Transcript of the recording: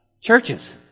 churches